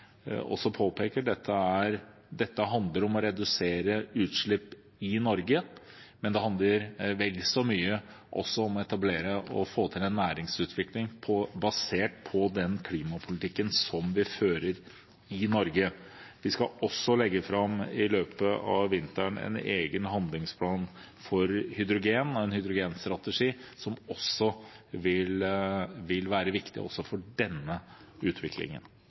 handler dette om å redusere utslipp i Norge, men det handler vel så mye om å etablere og få til en næringsutvikling basert på den klimapolitikken vi fører i Norge. Vi skal i løpet av vinteren legge fram en egen handlingsplan for hydrogen og en hydrogenstrategi, som også vil være viktig for denne utviklingen.